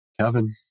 Kevin